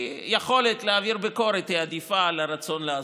כי היכולת להעביר ביקורת עדיפה על הרצון לעזור.